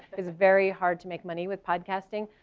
it's very hard to make money with podcasting.